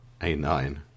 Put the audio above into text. A9